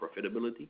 profitability